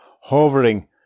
hovering